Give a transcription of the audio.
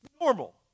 Normal